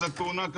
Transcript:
אז התאונה,